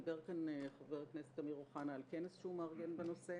דיבר כאן חבר כנסת אמיר אוחנה על כנס שהוא מארגן בנושא.